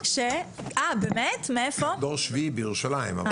דור שביעי בירושלים.